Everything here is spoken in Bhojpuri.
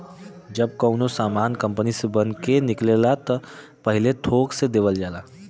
जब कउनो सामान कंपनी से बन के निकले त पहिले थोक से देवल जाला